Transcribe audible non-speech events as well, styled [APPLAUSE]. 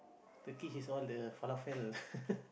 Turkish is all the falafel [LAUGHS]